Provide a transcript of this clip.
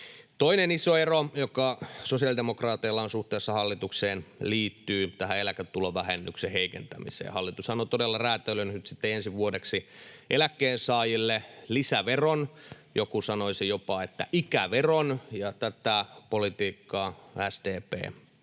Toinen iso ero, joka sosiaalidemokraateilla on suhteessa hallitukseen, liittyy tähän eläketulovähennyksen heikentämiseen. Hallitushan on todella räätälöinyt nyt sitten ensi vuodeksi eläkkeensaajille lisäveron, joku sanoisi jopa, että ikäveron. Tätä politiikkaa SDP ei